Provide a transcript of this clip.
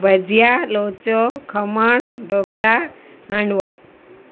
ભજીયા locho khaman dhokla handvo